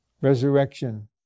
resurrection